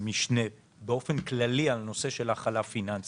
אתם רואים בצד שמאל איפה השוק אומר ריביות בארצות הברית יהיו.